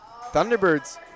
Thunderbirds